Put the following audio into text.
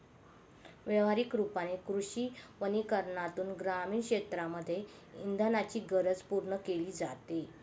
व्यवहारिक रूपाने कृषी वनीकरनातून ग्रामीण क्षेत्रांमध्ये इंधनाची गरज पूर्ण केली जाते